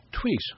tweet